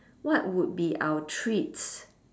what would be our treats